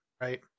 right